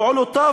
פעולותיו